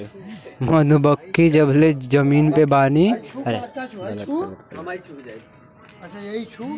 मधुमक्खी जबले धरती पे बानी तबही ले जीवन भी बाटे